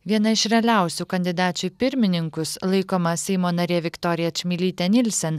viena iš realiausių kandidačių į pirmininkus laikoma seimo narė viktorija čmilytė nielsen